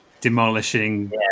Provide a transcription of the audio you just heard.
demolishing